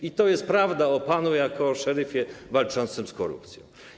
I to jest prawda o panu jako szeryfie walczącym z korupcją.